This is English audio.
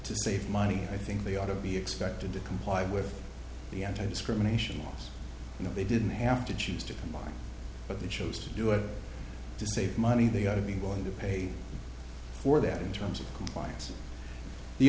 to save money i think they ought to be expected to comply with the anti discrimination laws you know they didn't have to choose to but they chose to do it to save money they ought to be willing to pay for that in terms of compliance the